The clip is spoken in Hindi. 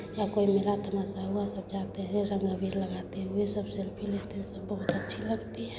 या कोई मेला तमाशा हुआ सब जाते हैं रंग अबीर लगाते हुए सब सेल्फी लेते हैं सब बहुत अच्छी लगती है